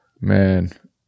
Man